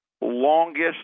longest